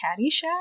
Caddyshack